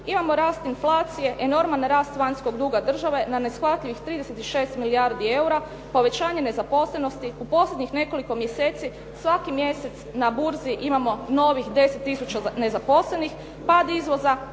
Imamo rast inflacije, enorman rast vanjskog duga države na neshvatljivih 36 milijardi eura, povećanje nezaposlenosti, u posljednjih nekoliko mjeseci svaki mjesec na burzi imamo novih 10 tisuća nezaposlenih, pad izvoza,